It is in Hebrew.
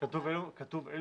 כתוב אילו מגבלות?